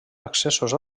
accessos